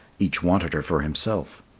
each wanted her for himself.